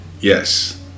Yes